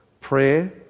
prayer